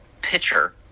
pitcher